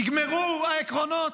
נגמרו העקרונות?